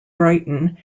brighton